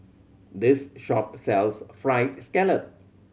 this shop sells Fried Scallop